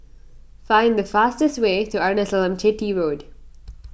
find the fastest way to Arnasalam Chetty Road